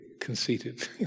conceited